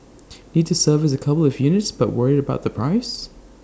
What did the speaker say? need to service A couple of units but worried about the price